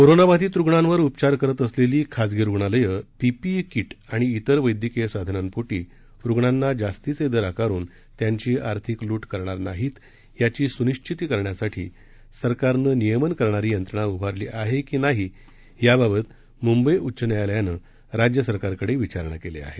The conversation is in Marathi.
कोरोनाबाधित रुग्णांवर उपचार करत असलेली खाजगी रुग्णालयं पीपीई किट आणि इतर वैदयकीय साधनांपोटी रुग्णांना जास्तीचे दर आकारून त्यांची आर्थिक लूट करणार नाहीत याची सुनिश्चिती करण्यासाठी सरकारनं नियमन करणारी यंत्रणा उभारली आहे की नाही याबाबत मुंबई उच्च न्यायालयानं राज्य सरकारकडे विचारणा केली आहे